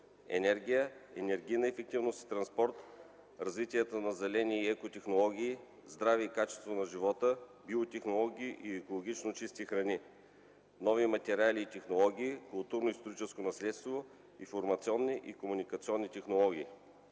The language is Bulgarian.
енергия и енергийна ефективност и транспорт, развитие на зелени и екотехнологии; здраве и качество на живота, биотехнологии и екологично чисти храни; нови материали и технологии; културно-историческо наследство; информационни и комуникационни технологии.